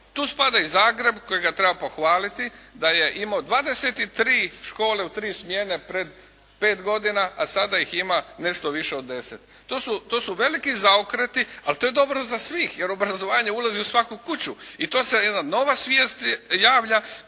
Tu spada i Zagreb kojega treba pohvaliti da je imao 23 škole u tri smjene pred pet godina, a sada ih ima nešto više od 10. To su veliki zaokreti, ali to je dobro za svih, jer obrazovanje ulazi u svaku kuću i to se jedna nova svijest javlja